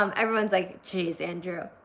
um everyone's like jeez, andrew.